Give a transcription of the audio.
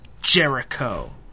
Jericho